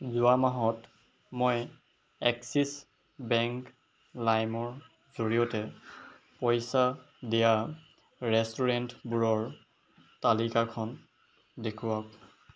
যোৱা মাৰ্চত মই এক্সিছ বেংক লাইমৰ জৰিয়তে পইচা দিয়া ৰেষ্টুৰেণ্টবোৰৰ তালিকাখন দেখুৱাওক